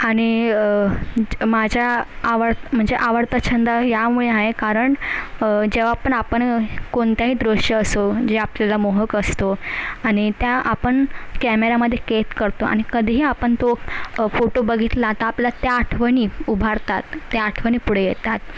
आणि माझ्या आवड म्हणजे आवडता छंद यामुळे आहे कारण जेव्हा पण आपण कोणतंही दृश्य असो जे आपल्याला मोहक असतं आणि त्या आपण कॅमेऱ्यामध्ये कैद करतो आणि कधीही आपण तो फोटो बघितला तर आपल्या त्या आठवणी उभारतात त्या आठवणी पुढे येतात